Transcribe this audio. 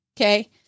Okay